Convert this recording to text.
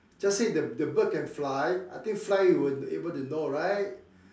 just say the the bird can fly I think fly he will be able to know right